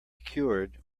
cured